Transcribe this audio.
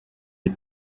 les